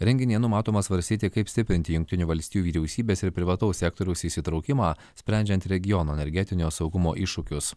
renginyje numatoma svarstyti kaip stiprinti jungtinių valstijų vyriausybės ir privataus sektoriaus įsitraukimą sprendžiant regiono energetinio saugumo iššūkius